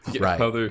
right